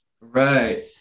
Right